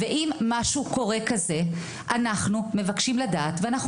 ואם קורה משהו כזה אנחנו מבקשים לדעת ואנחנו